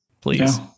please